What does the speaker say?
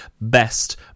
Best